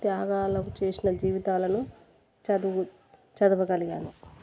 త్యాగాలను చేసిన జీవితాలను చదువు చదవగలిగాను